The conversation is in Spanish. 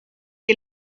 que